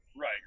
right